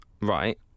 Right